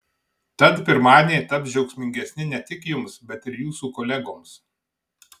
tad pirmadieniai taps džiaugsmingesni ne tik jums bet ir jūsų kolegoms